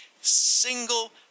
single